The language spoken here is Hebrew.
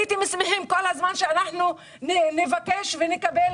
הייתם שמחים אם היינו ממשיכים לבקש ולקבל